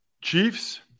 Chiefs